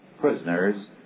prisoners